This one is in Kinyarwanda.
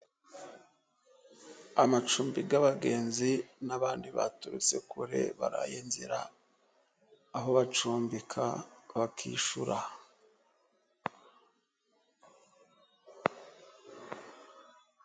Amacumbi y'abagenzi n'abandi baturutse kure baraye nzira, aho bacumbika bakishyura.